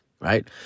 Right